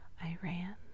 Iran